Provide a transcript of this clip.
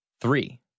Three